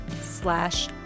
slash